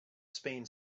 spain